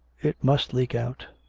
it must leak out.